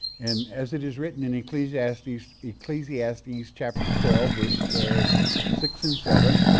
and as it is written in ecclesiastes ecclesiastes chapter twelve, verse six and seven,